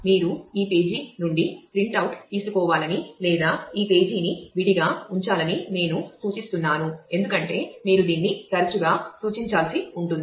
మీరు ఈ పేజీ ని విడిగా ఉంచాలని నేను సూచిస్తున్నాను ఎందుకంటే మీరు దీన్ని తరచుగా సూచించాల్సి ఉంటుంది